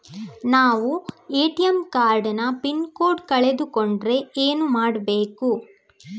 ನಾವು ATM card ನ pin code ಕಳೆದು ಕೊಂಡ್ರೆ ಎಂತ ಮಾಡ್ಬೇಕು?